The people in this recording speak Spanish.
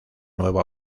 nueva